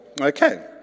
Okay